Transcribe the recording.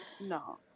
no